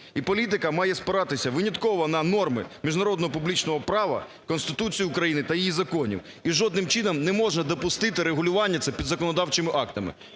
І політика має спиратися винятково на норми міжнародного публічного права, Конституції України та її законів. І жодним чином не можна допустити регулювання це підзаконодавчими актами.